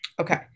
Okay